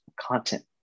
content